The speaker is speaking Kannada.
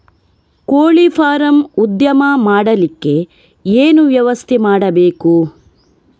ಕೋಳಿ ಫಾರಂ ಉದ್ಯಮ ಮಾಡಲಿಕ್ಕೆ ಏನು ವ್ಯವಸ್ಥೆ ಮಾಡಬೇಕು?